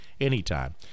anytime